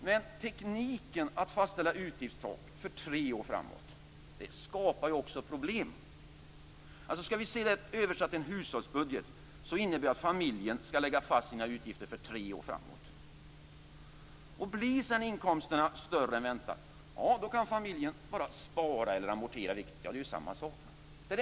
Men tekniken att fastställa utgiftstak för tre år framåt skapar också problem. Översatt till en hushållsbudget innebär den att familjen skall lägga fast sina utgifter för tre år framåt. Blir sedan inkomsterna större än väntat, kan familjen bara spara eller amortera, vilket är samma sak.